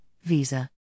visa